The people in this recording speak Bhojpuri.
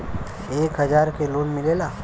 एक हजार के लोन मिलेला?